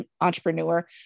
entrepreneur